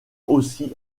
aussi